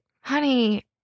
honey